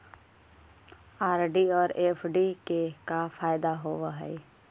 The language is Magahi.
आर.डी और एफ.डी के का फायदा होव हई?